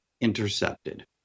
intercepted